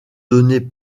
donner